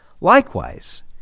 Likewise